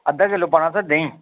अद्दा किलो पाना तुसें देहीं